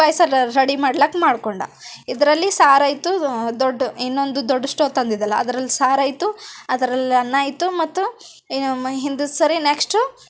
ಪಾಯಸ ready ಮಾಡ್ಲಿಕ್ಕೆ ಮಾಡ್ಕೊಂಡ ಇದರಲ್ಲಿ ಸಾರು ಆಯ್ತು ದೊಡ್ಡ ಇನ್ನೊಂದು ದೊಡ್ಡ ಸ್ಟೋವ್ ತಂದಿದ್ದಲ್ಲ ಅದ್ರಲ್ಲಿ ಸಾರು ಆಯ್ತು ಅದರಲ್ಲಿ ಅನ್ನ ಆಯ್ತು ಮತ್ತು ಇನ್ನೊಂದು ಸರಿ ನೆಕ್ಸ್ಟು